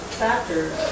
factors